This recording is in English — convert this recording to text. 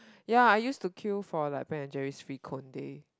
ya I used to queue for like Ben and Jerry's free cone day